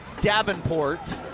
Davenport